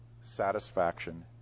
satisfaction